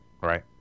right